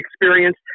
experience